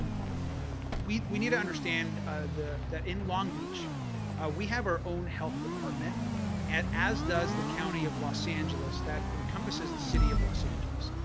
we we need to understand that in long beach we have our own health department and as does the county of los angeles that encompasses the city of los angeles.